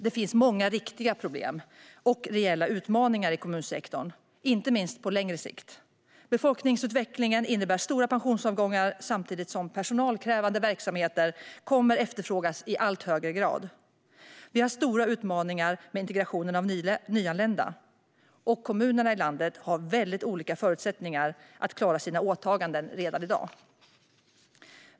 Det finns många riktiga problem och reella utmaningar i kommunsektorn, inte minst på lång sikt. Befolkningsutvecklingen innebär stora pensionsavgångar, samtidigt som personalkrävande verksamheter kommer att efterfrågas i allt högre grad. Vi har stora utmaningar med integrationen av nyanlända. Och kommunerna i landet har redan i dag väldigt olika förutsättningar att klara sina åtaganden.